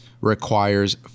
requires